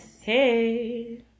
hey